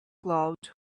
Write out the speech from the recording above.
cloud